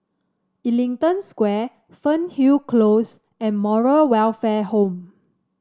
Ellington Square Fernhill Close and Moral Welfare Home